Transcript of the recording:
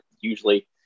usually